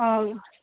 ओ